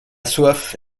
soif